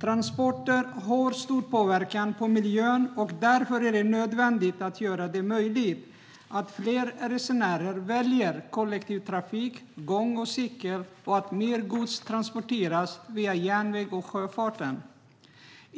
Transporter har stor påverkan på miljön. Därför är det nödvändigt att göra det möjligt att fler resenärer väljer kollektivtrafik, gång och cykel och att mer gods transporteras via järnväg och sjöfart.